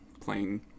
playing